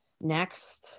Next